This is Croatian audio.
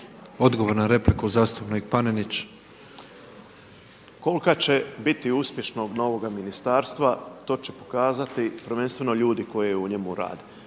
Odgovor na repliku zastupnik Panenić. **Panenić, Tomislav (MOST)** Kolika će biti uspješnost novoga ministarstva, to će pokazati prvenstveno ljudi koji u njemu rade.